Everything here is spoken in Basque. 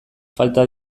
falta